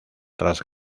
tras